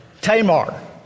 Tamar